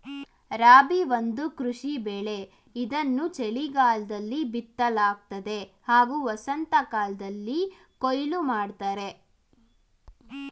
ರಾಬಿ ಒಂದು ಕೃಷಿ ಬೆಳೆ ಇದನ್ನು ಚಳಿಗಾಲದಲ್ಲಿ ಬಿತ್ತಲಾಗ್ತದೆ ಹಾಗೂ ವಸಂತಕಾಲ್ದಲ್ಲಿ ಕೊಯ್ಲು ಮಾಡ್ತರೆ